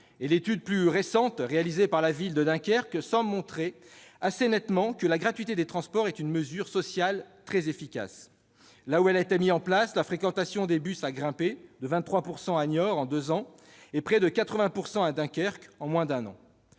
et l'étude plus récente réalisée par la ville de Dunkerque semblent montrer assez nettement que la gratuité des transports est une mesure sociale très efficace. Là où elle a été mise en place, la fréquentation des bus a grimpé : on observe une hausse du nombre des usagers de 23 % à Niort en deux ans et de près de 80 % à Dunkerque en moins d'un an.